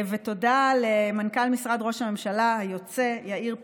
ותודה למנכ"ל משרד ראש הממשלה היוצא יאיר פינס,